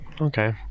Okay